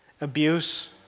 abuse